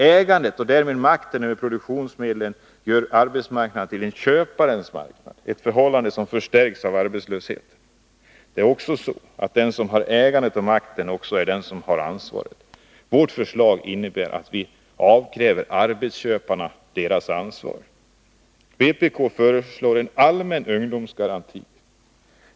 Ägandet, och därmed makten över produktionsmedlen, gör arbetsmarknaden till en köparens marknad-— ett förhållande som förstärks av arbetslöshet. Men det är också så, att den som har ägandet och makten även är den som har ansvaret. Vårt förslag innebär att vi avkräver arbetsköparna deras ansvar. Vpk föreslår en allmän ungdomsgaranti.